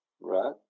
Right